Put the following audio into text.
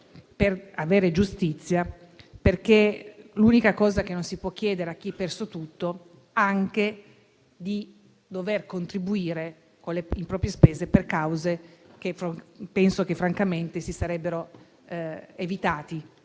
per avere giustizia. L'unica cosa che non si può chiedere a chi ha perso tutto è proprio dover contribuire, a proprie spese, per cause che penso francamente si sarebbero evitati